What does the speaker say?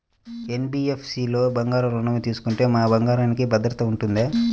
NBFC లలో బంగారు ఋణం తీసుకుంటే మా బంగారంకి భద్రత ఉంటుందా?